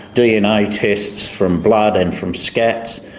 dna tests from blood and from scats.